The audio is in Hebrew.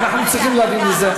מה אנחנו צריכים להבין מזה?